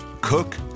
cook